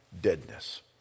deadness